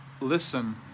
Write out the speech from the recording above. listen